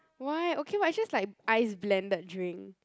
why okay what it's just like ice blended drink